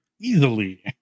easily